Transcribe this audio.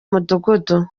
mudugudu